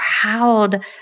proud